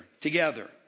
together